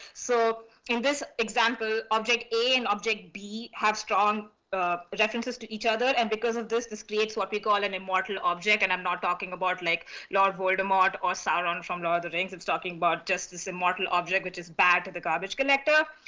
so in this example, object a and object b have strong references to each other, and because of this, this creates what we call an immortal object, and i'm not talking about like lord voldemort or sauron. from the other links, it's talking about just this immortal object which is bad to the garbage collector,